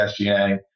SGA